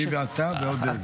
אני ואתה ועודד.